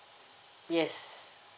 yes